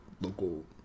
local